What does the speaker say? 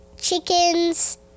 chickens